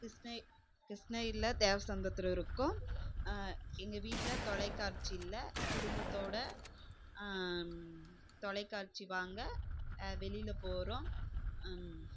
கிஷ்ண கிஷ்ணகிரியில் தேவசந்தரத்தில் இருக்கோம் எங்கள் வீட்டில் தொலைக்காட்சி இல்லை குடும்பத்தோடு தொலைக்காட்சி வாங்க வெளியில் போகிறோம்